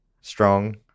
strong